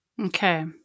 Okay